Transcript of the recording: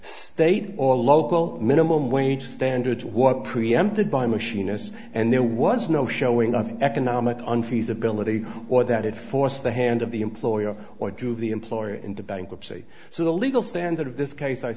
all local minimum wage standards what preempted by machinist's and there was no showing of economic on feasibility or that it forced the hand of the employer or drew the employer into bankruptcy so the legal standard of this case i